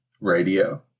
radio